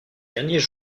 derniers